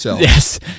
Yes